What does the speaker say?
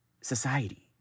society